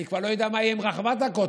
אני כבר לא יודע מה יהיה עם רחבת הכותל.